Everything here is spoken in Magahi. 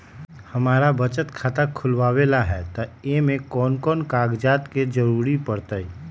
हमरा बचत खाता खुलावेला है त ए में कौन कौन कागजात के जरूरी परतई?